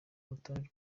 urutonde